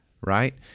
Right